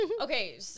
okay